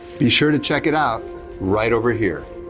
be sure to check it out right over here.